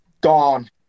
Gone